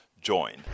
join